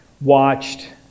watched